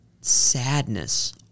sadness